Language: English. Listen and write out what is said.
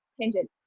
tangent